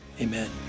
amen